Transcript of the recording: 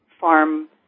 farm